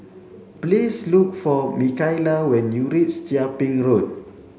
please look for Mikaela when you reach Chia Ping Road